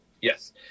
Yes